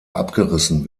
abgerissen